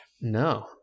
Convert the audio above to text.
No